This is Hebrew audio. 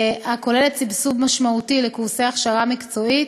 הכוללת סבסוד משמעותי של קורסי הכשרה מקצועית: